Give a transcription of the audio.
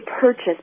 purchase